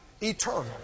eternal